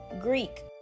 Greek